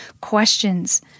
questions